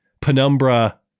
penumbra